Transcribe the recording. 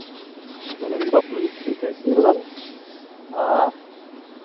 ᱮᱱᱛᱮᱫ ᱥᱤᱸᱫᱽᱨᱟᱹᱫᱟᱱ ᱟᱨ